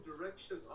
direction